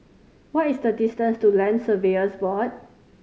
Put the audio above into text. what is the distance to Land Surveyors Board